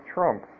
Trump